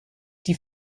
die